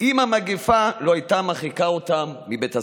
אם המגפה לא הייתה מרחיקה אותם מבית הספר.